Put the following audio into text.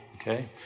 Okay